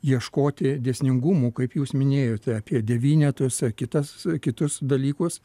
ieškoti dėsningumų kaip jūs minėjote apie devynetus kitas kitus dalykus